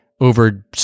over